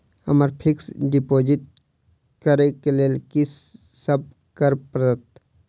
हमरा fix deposit करऽ केँ लेल की सब करऽ पड़त?